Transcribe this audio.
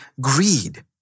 greed